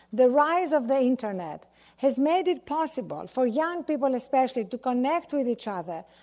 the rise of the internet has made it possible for young people especially to connect with each other,